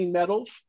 medals